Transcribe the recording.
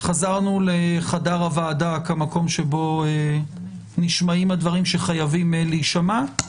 חזרנו לחדר הוועדה כמקום שבו נשמעים הדברים שחייבים להישמע.